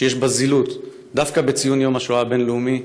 שיש בה זילות, דווקא בציון יום השואה הבין-לאומי,